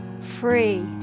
free